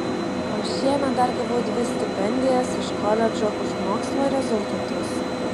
o šiemet dar gavau dvi stipendijas iš koledžo už mokslo rezultatus